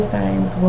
signs